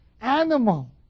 animal